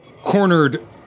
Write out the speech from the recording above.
cornered